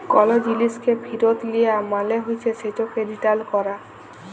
call জিলিসকে ফিরত লিয়া মালে হছে সেটকে রিটার্ল ক্যরা